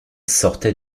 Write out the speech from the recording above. sortait